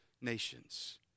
nations